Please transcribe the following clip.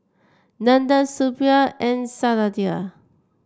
Nandan Suppiah and Satya